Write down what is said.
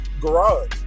garage